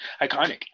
iconic